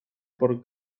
por